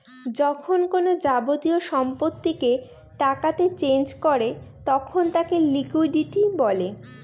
যখন কোনো যাবতীয় সম্পত্তিকে টাকাতে চেঞ করে তখন তাকে লিকুইডিটি বলে